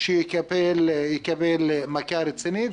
שיקבל מכה רצינית.